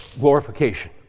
glorification